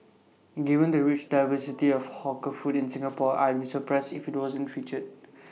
given the rich diversity of hawker food in Singapore I'd be surprised if IT wasn't featured